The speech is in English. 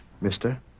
Mister